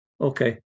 okay